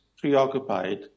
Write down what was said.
preoccupied